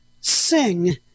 sing